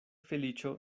feliĉo